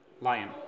Lion